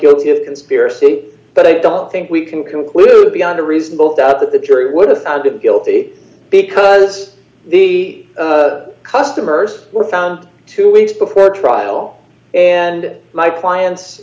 guilty of conspiracy but i don't think we can conclude beyond a reasonable doubt that the jury would have been guilty because the customers were found two weeks before trial and my client